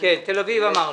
תל אביב אמרנו.